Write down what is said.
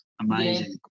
amazing